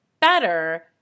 better